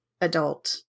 adult